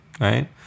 right